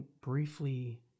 briefly